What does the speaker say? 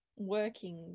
working